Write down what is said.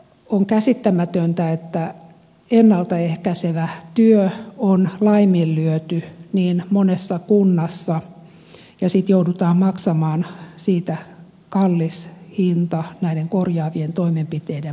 on käsittämätöntä että ennalta ehkäisevä työ on laiminlyöty niin monessa kunnassa ja sitten joudutaan maksamaan siitä kallis hinta näiden korjaavien toimenpiteiden muodossa